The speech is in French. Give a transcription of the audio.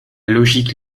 logique